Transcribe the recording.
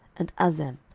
and azem,